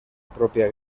pròpia